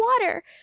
water